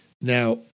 Now